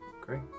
Great